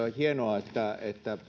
ja hienoa että